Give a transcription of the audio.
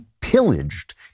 pillaged